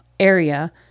area